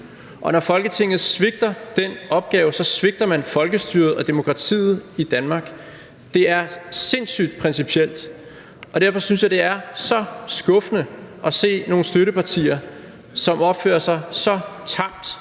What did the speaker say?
og når Folketinget svigter den opgave, svigter man folkestyret og demokratiet i Danmark. Det er sindssygt principielt, og derfor synes jeg, det er så skuffende at se nogle støttepartier, som opfører sig så tamt